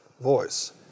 voice